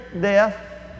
death